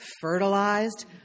fertilized